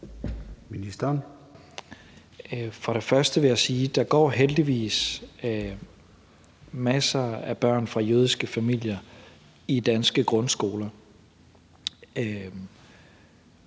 Tesfaye): Først vil jeg sige, at der heldigvis går masser af børn fra jødiske familier i den danske grundskole